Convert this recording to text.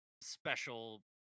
special